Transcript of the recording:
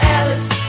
Alice